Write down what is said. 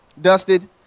dusted